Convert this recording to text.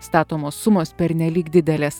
statomos sumos pernelyg didelės